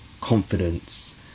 confidence